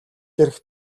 ирэхэд